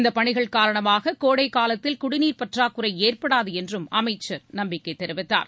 இந்தப் பணிகள் காரணமாக கோடைக்காலத்தில் குடிநீர் பற்றாக்குறை ஏற்படாது என்றும் அமைச்ச் நம்பிக்கை தெரிவித்தார்